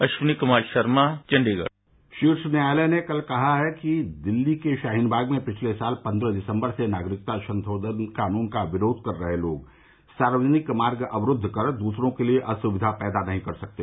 अखनी कुमार शर्मा चंडीगढ़ शीर्ष न्यायालय ने कल कहा कि दिल्ली के शाहीनबाग में पिछले साल पन्द्रह दिसम्बर से नागरिकता संशोधन कानून का विरोध कर रहे लोग सार्वजनिक मार्ग अवरुद्ध कर द्रसरों के लिए असुविधा पैदा नहीं कर सकते